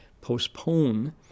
postpone